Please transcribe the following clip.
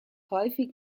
häufig